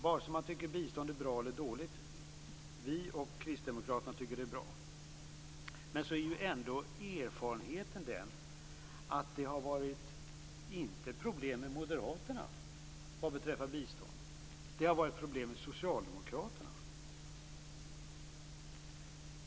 Vare sig man tycker bistånd är bra eller dåligt - vi och kristdemokraterna tycker att det är bra - är erfarenheten att det inte har varit några problem med moderaterna vad beträffar biståndet, utan det har varit problem med socialdemokraterna.